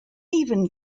even